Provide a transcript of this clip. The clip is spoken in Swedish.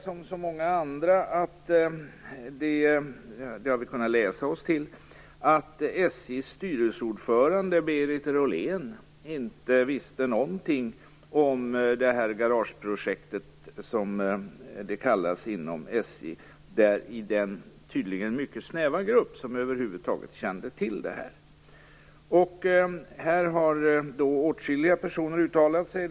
Som så många andra konstaterar jag - det har vi kunnat läsa oss till - att SJ:s styrelseordförande, Berit Rollén, inte visste någonting om garageprojektet. Så kallades det i den tydligen mycket snäva grupp inom SJ som över huvud taget kände till detta. Åtskilliga personer har uttalat sig.